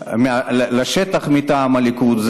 שוויוני לשטח מטעם הליכוד,